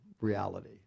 reality